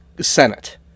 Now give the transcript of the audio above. Senate